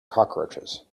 cockroaches